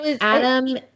Adam